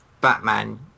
Batman